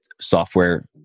software